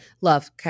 Love